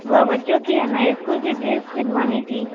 वो बच्चों की है ना स्कूल की ड्रेस सिलवानी थी